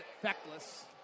feckless